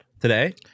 today